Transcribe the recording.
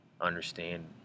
understand